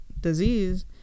disease